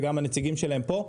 וגם הנציגים שלהם פה.